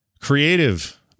Creative